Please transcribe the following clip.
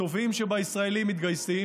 הטובים שבישראלים מתגייסים,